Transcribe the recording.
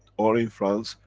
or in france,